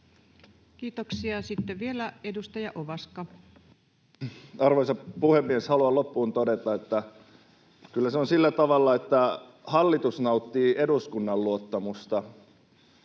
Kiitoksia. — Sitten vielä edustaja Ovaska. Arvoisa puhemies! Haluan loppuun todeta, että kyllä se on sillä tavalla, että hallitus nauttii eduskunnan luottamusta,